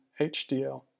HDL